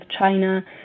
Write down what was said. China